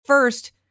First